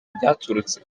byaturutse